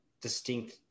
distinct